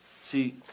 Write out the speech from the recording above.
See